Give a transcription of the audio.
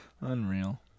Unreal